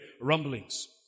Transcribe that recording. Rumblings